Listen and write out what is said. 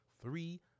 Three